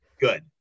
good